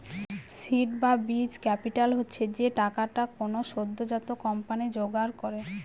seed বা বীজ capital হচ্ছে যে টাকাটা কোনো সদ্যোজাত কোম্পানি জোগাড় করে